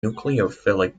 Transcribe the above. nucleophilic